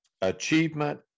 achievement